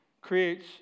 creates